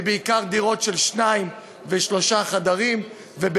ובעיקר דירות של שני חדרים ושלושה,